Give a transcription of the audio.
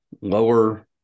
lower